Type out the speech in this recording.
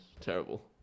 Terrible